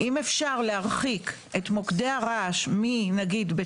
ות"ל ונת"ע מתעלמים מפסיקה לפני כשנה-שנתיים של בית